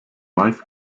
life